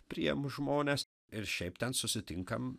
priimu žmones ir šiaip ten susitinkam